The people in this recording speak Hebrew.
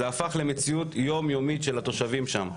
זה הפך למציאות יומיומית של התושבים שם,